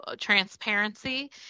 transparency